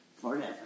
forever